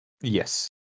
yes